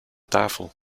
tafel